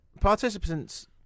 participants